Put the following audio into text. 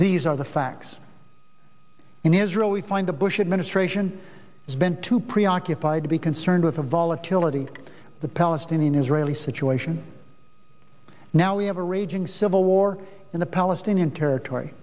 these are the facts in israel we find the bush administration has been too preoccupied to be concerned with the volatility the palestinian israeli situation now we have a raging civil war in the palestinian territory